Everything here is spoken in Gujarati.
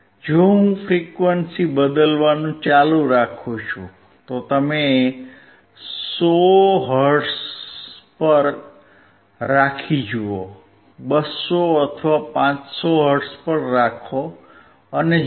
જો હું ફ્રીક્વન્સી બદલવાનું ચાલુ રાખું છું તો તમે 100 હર્ટ્ઝ પર રાખી જુઓ 200 અથવા 500 હર્ટ્ઝ પર રાખો અને જુઓ